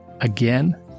again